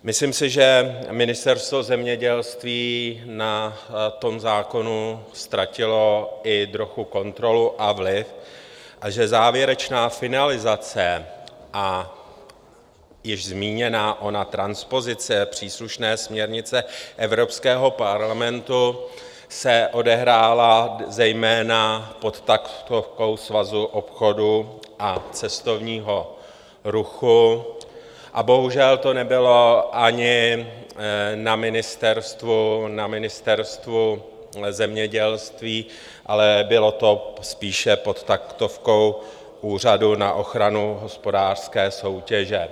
Myslím si, že Ministerstvo zemědělství na tom zákonu ztratilo i trochu kontrolu a vliv a že závěrečná finalizace a již zmíněná ona transpozice příslušné směrnice Evropského parlamentu se odehrála zejména pod taktovkou Svazu obchodu a cestovního ruchu, a bohužel to nebylo ani na Ministerstvu zemědělství, ale bylo to spíše pod taktovkou Úřadu na ochranu hospodářské soutěže.